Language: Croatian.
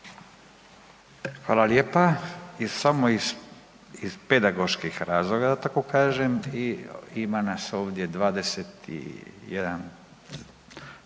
Fala lijepa. Iz samo iz, iz pedagoških razloga da tako kažem i ima nas ovdje 21